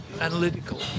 analytical